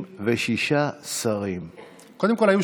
ששוטפת מוחות